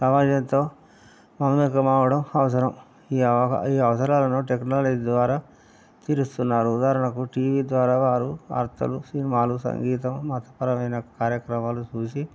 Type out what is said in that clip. సమాజంతో మమేకం అవడం అవసరం ఈ అవ ఈ అవసరాలను టెక్నాలజీ ద్వారా తీరుస్తున్నారు ఉదాహరణకు టీవీ ద్వారా వారు వార్తలు సినిమాలు సంగీతం మతపరమైన కార్యక్రమాలు చూసి